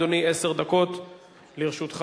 אדוני, עשר דקות לרשותך.